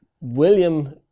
william